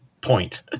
point